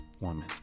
woman